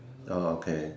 ya okay